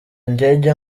ndege